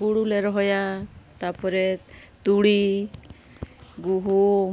ᱦᱳᱲᱳ ᱞᱮ ᱨᱚᱦᱚᱭᱟ ᱛᱟᱨᱯᱚᱨᱮ ᱛᱩᱲᱤ ᱜᱩᱦᱩᱢ